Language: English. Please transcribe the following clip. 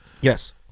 Yes